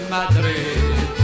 Madrid